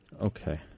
Okay